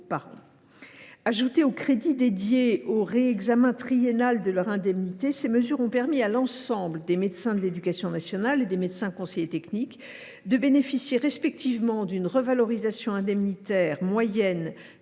Ajoutées aux crédits dédiés au réexamen triennal de leur indemnité, ces mesures ont permis à l’ensemble des médecins de l’éducation nationale et des médecins conseillers techniques de bénéficier respectivement d’une revalorisation indemnitaire moyenne